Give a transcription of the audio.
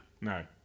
No